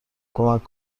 کمک